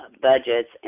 budgets